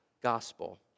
gospel